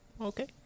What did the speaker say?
Okay